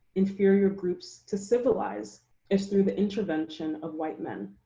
inferior groups to civilize is through the intervention of white men,